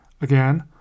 again